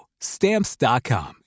Stamps.com